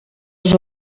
els